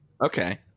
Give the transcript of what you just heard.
Okay